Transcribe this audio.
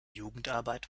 jugendarbeit